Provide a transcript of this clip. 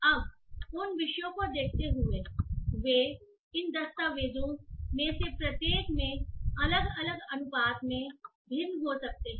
अब उन विषयों को देखते हुए वे इन दस्तावेज़ों में से प्रत्येक में अलग अलग अनुपात में भिन्न हो सकते हैं